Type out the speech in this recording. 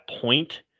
point